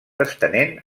estenent